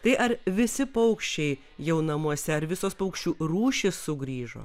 tai ar visi paukščiai jau namuose ar visos paukščių rūšys sugrįžo